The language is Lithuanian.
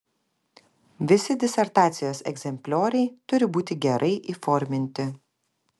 visi disertacijos egzemplioriai turi būti gerai įforminti